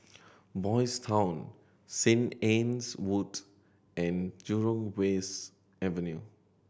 Boys' Town Saint Anne's Wood and Jurong West Avenue